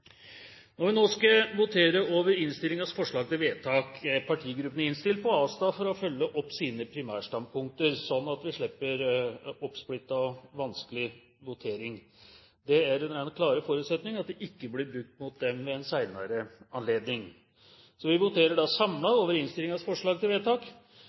Når vi nå skal votere over innstillingens forslag til vedtak, er partigruppene innstilt på å avstå fra å følge opp sine primærstandpunkter, sånn at vi slipper en oppsplittet og vanskelig votering. Det er under den klare forutsetning at det ikke blir brukt mot dem ved en senere anledning. Vi voterer da samlet over innstillingens forslag til vedtak,